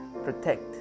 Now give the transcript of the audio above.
Protect